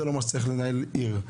זה לא מה שצריך לנהל עיר.